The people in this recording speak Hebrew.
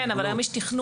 כן, אבל היום יש תכנון.